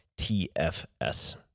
TFS